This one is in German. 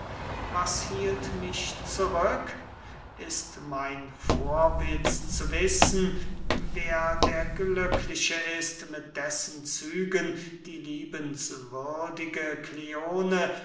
was hielt mich zurück ist mein vorwitz zu wissen wer der glückliche ist mit dessen zügen die liebenswürdige kleone